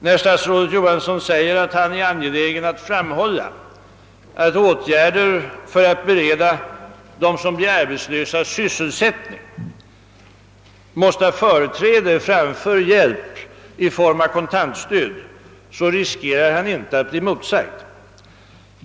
När statsrådet Johansson säger att han är angelägen om att framhålla »att åtgärder för att bereda de arbetslösa sysselsättning måste ha företräde framför hjälp i form av kontantstöd». så riskerar han inte att bli emotsagd.